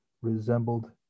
resembled